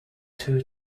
two